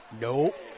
Nope